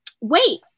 Wait